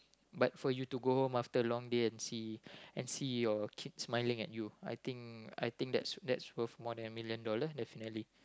but for you to go home after a long day and see and see your kids smiling at you I think I think that's that's worth more than a million dollar definitely